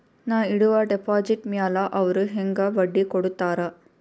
ನಾ ಇಡುವ ಡೆಪಾಜಿಟ್ ಮ್ಯಾಲ ಅವ್ರು ಹೆಂಗ ಬಡ್ಡಿ ಕೊಡುತ್ತಾರ?